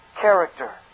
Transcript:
character